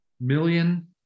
million